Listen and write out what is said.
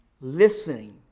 Listening